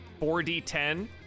4d10